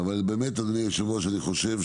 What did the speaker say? אדוני היושב-ראש,